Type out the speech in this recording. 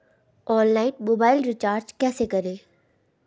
Online mobile recharge कैसे करें?